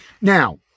Now